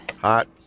Hot